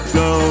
go